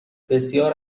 بسیار